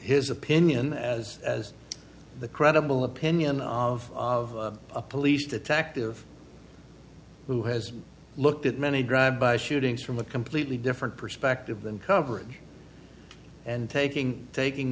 his opinion as as the credible opinion of of a police detective who has looked at many drive by shootings from a completely different perspective than coverage and taking taking